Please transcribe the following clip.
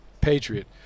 Patriot